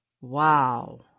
Wow